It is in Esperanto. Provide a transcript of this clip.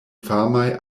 famaj